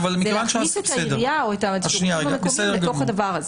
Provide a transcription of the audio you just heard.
זה להכניס את העירייה או את השירותים המקומיים לתוך הדבר הזה.